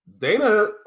Dana